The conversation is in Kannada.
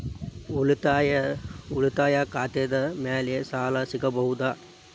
ಉಳಿತಾಯ ಖಾತೆದ ಮ್ಯಾಲೆ ಸಾಲ ಸಿಗಬಹುದಾ?